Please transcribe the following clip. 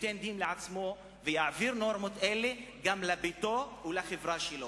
יעשה דין לעצמו ויעביר נורמות אלה גם לביתו ולחברה שלו,